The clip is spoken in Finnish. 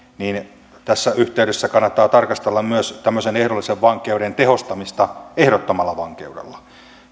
tässä yhteydessä kannattaa tarkastella myös ehdollisen vankeuden tehostamista ehdottomalla vankeudella